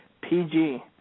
PG